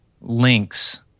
links